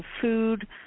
food